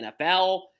NFL